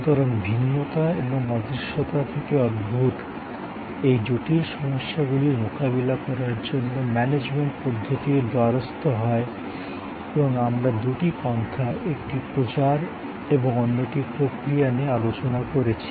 সুতরাং ভিন্নতা এবং অদৃশ্যতা থেকে উদ্ভূত এই জটিল সমস্যাগুলির মোকাবিলা করার জন্য ম্যানেজমেন্ট পদ্ধতির দ্বারস্থ হয় এবং আমরা দুটি পন্থা একটি প্রচার এবং অন্যটি প্রক্রিয়া নিয়ে আলোচনা করেছি